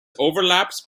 overlaps